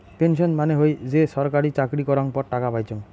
pension মানে হই যে ছরকারি চাকরি করাঙ পর টাকা পাইচুঙ